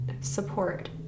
support